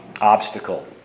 obstacle